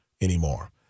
anymore